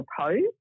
proposed